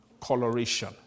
coloration